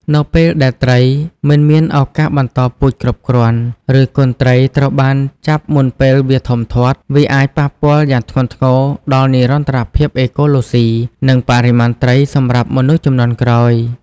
នៅពេលដែលត្រីមិនមានឱកាសបន្តពូជគ្រប់គ្រាន់ ឬកូនត្រីត្រូវបានចាប់មុនពេលវាធំធាត់ វាអាចប៉ះពាល់យ៉ាងធ្ងន់ធ្ងរដល់និរន្តរភាពអេកូឡូស៊ី និងបរិមាណត្រីសម្រាប់មនុស្សជំនាន់ក្រោយ។